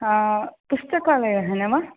पुस्तकालयः न वा